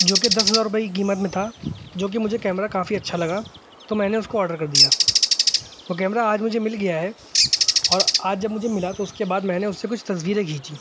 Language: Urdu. جوکہ دس ہزار روپئے کی قیمت میں تھا جوکہ مجھے کیمرہ کافی اچھا لگا تو میں نے اس کو آڈر کر دیا وہ کیمرہ آج مجھے مل گیا ہے اور آج جب مجھے ملا تو اس کے بعد میں نے اس سے کچھ تصویریں کھینچی